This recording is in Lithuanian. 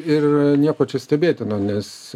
ir nieko čia stebėtino nes